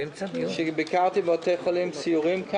בכמה בתי חולים בסיורים,